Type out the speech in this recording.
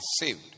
saved